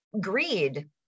greed